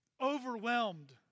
overwhelmed